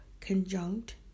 conjunct